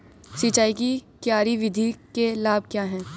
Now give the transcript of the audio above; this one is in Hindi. सिंचाई की क्यारी विधि के लाभ क्या हैं?